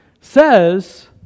says